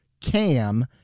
Cam